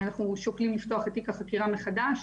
אנחנו שוקלים לפתוח את תיק החקירה מחדש,